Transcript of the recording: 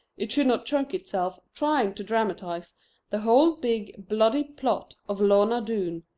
it should not choke itself trying to dramatize the whole big bloody plot of lorna doone,